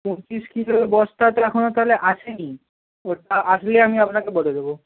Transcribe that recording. পঁচিশ কিলোর বস্তা তো এখনো তাহলে আসেনি ওটা আসলে আমি আপনাকে বলে দেবো